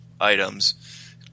items